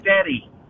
steady